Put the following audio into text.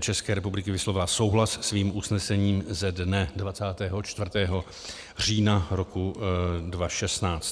České republiky vyslovila souhlas svým usnesením ze dne 24. října 2016.